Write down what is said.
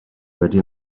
wedi